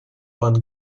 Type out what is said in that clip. пан